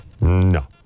No